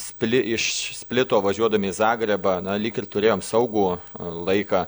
spli iš splito važiuodami į zagrebą na lyg ir turėjom saugų laiką